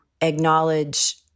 acknowledge